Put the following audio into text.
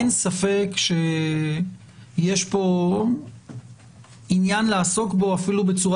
אין ספק שיש כאן עניין לעסוק בו אפילו בצורה